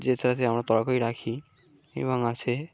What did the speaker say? যেটাতে আমরা তরকারি রাখি এবং আছে